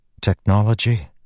technology